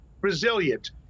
resilient